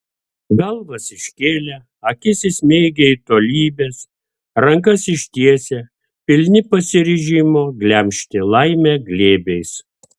galvas iškėlę akis įsmeigę į tolybes rankas ištiesę pilni pasiryžimo glemžti laimę glėbiais